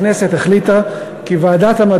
הכנסת דחתה את כל